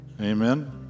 amen